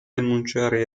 annunciare